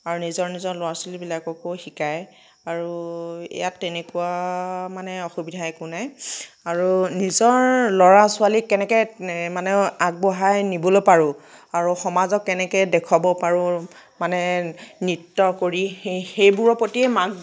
আৰু নিজৰ নিজৰ ল'ৰা ছোৱালীবিলাককো শিকায় আৰু ইয়াত তেনেকুৱা মানে অসুবিধা একো নাই আৰু নিজৰ ল'ৰা ছোৱালীক কেনেকৈ মানে আগবঢ়াই নিবলৈ পাৰোঁ আৰু সমাজক কেনেকৈ দেখুৱাব পাৰোঁ মানে নৃত্য কৰি সেইবোৰৰ প্ৰতিয়েই মাক